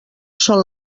són